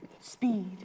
speed